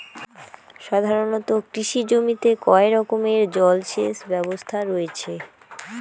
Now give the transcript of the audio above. সাধারণত কৃষি জমিতে কয় রকমের জল সেচ ব্যবস্থা রয়েছে?